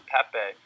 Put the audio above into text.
Pepe